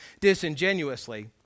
disingenuously